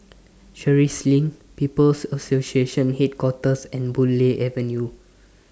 Sheares LINK People's Association Headquarters and Boon Lay Avenue